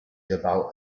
about